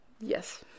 Yes